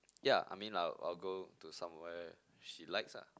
ya I mean I'll I'll go to somewhere she likes ah